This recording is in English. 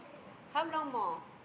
how long more